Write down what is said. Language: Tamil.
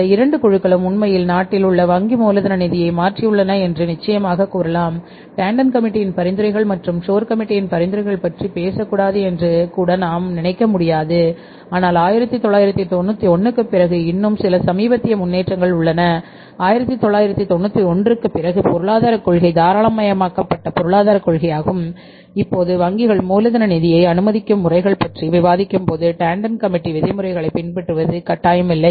இந்த 2 குழுக்களும் உண்மையில் நாட்டில் உள்ள வங்கி மூலதன நிதியை மாற்றியுள்ளன என்று நிச்சயமாகக் கூறலாம் டாண்டன் கமிட்டியின் விதிமுறைகளைப் பின்பற்றுவது கட்டாயமில்லை